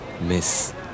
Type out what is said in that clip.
Miss